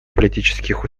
политических